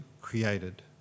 created